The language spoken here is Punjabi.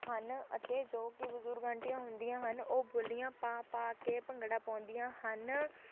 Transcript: ਹਨ ਅਤੇ ਜੋ ਕਿ ਬਜ਼ੁਰਗ ਆਂਟੀਆਂ ਹੁੰਦੀਆਂ ਹਨ ਉਹ ਬੋਲੀਆਂ ਪਾ ਪਾ ਕੇ ਭੰਗੜਾ ਪਾਉਂਦੀਆਂ ਹਨ